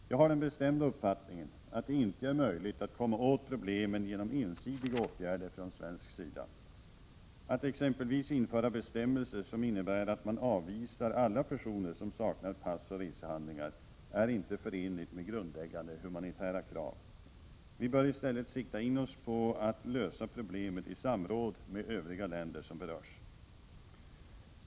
Jag har den bestämda uppfattningen att det inte är möjligt att komma åt problemen genom ensidiga åtgärder från svensk sida. Att exempelvis införa bestämmelser som innebär att man avvisar alla personer som saknar pass och resehandlingar är inte förenligt med grundläggande humanitära krav. Vi bör i stället sikta in oss på att lösa problemet i samråd med övriga länder som berörs.